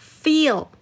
feel